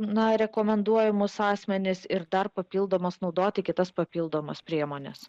na rekomenduojamus asmenis ir dar papildomas naudoti kitas papildomas priemones